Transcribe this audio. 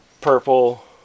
purple